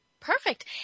perfect